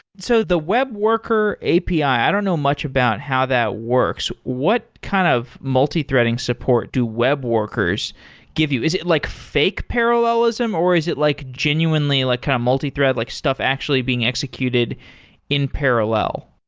so the web worker api. i don't know much about how that works. what kind of multi threading support do web workers give you? is it like fake parallelism, or is it like genuinely like kind of multi-thread, like stuff actually being executed in parallel?